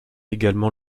également